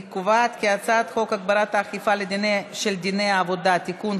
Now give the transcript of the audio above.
אני קובעת כי הצעת חוק להגברת האכיפה של דיני העבודה (תיקון,